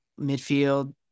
midfield